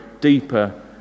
deeper